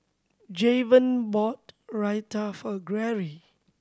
Javon bought Raita for Gary